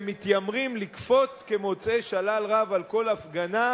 שמתיימרים לקפוץ כמוצאי שלל רב על כל הפגנה,